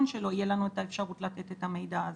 שלא יהיה לנו את האפשרות לתת את המידע הזה.